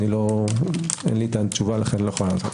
אין לי כאן תשובה.